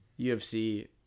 UFC